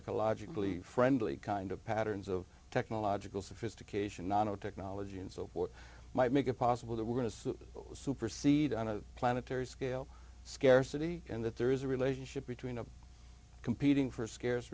ecologically friendly kind of patterns of technological sophistication nano technology and so forth might make it possible that we're going to supersede on a planetary scale scarcity and that there is a relationship between a competing for scar